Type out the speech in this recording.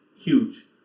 huge